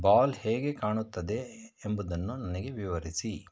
ball ಹೇಗೆ ಕಾಣುತ್ತದೆ ಎಂಬುದನ್ನು ನನಗೆ ವಿವರಿಸಿ